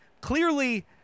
clearly